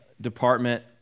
department